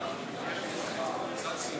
חברי הכנסת,